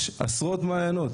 יש עשרות מעיינות.